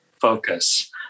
focus